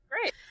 Great